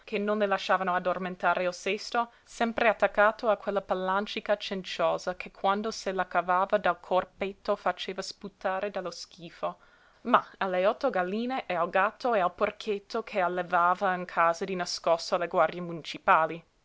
non le lasciavano addormentare il sesto sempre attaccato a quella pellàncica cenciosa che quando se la cavava dal corpetto faceva sputare dallo schifo ma alle otto galline e al gatto e al porchetto che allevava in casa di nascosto alle guardie municipali